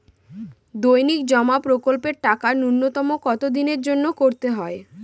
দৈনিক জমা প্রকল্পের টাকা নূন্যতম কত দিনের জন্য করতে হয়?